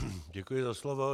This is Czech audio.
Děkuji za slovo.